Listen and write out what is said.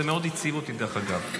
זה מאוד העציב אותי, דרך אגב.